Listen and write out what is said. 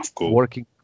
working